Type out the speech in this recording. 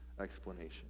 explanation